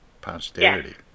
posterity